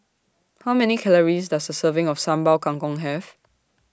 How Many Calories Does A Serving of Sambal Kangkong Have